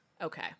Okay